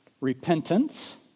Repentance